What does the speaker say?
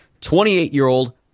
28-year-old